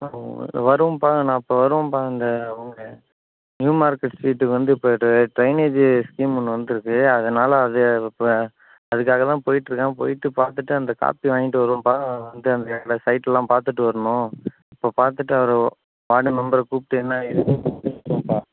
ம் வருவேன்ப்பா நான் இப்போ வருவேன்ப்பா இந்த உங்கள் நியூ மார்க்கெட் ஸ்ட்ரீட்டுக்கு வந்து இப்போ ட்ரை ட்ரைனேஜு ஸ்கீம் ஒன்று வந்திருக்கு அதனால் அது இப்போ அதுக்காக தான் போய்ட்ருக்கேன் போய்ட்டு பார்த்துட்டு அந்த காப்பி வாங்கிட்டு வருவேன்ப்பா வந்து அந்த சைட்டுலாம் பார்த்துட்டு வரணும் அப்போ பார்த்துட்டு அவர் வார்டு மெம்பரை கூப்பிட்டு என்ன ஏதுன்னு கேட்போம்ப்பா